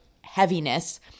heaviness